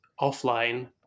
offline